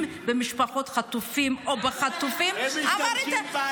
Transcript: במשפחות החטופים או בחטופים --- הם משתמשים בנו.